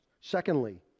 Secondly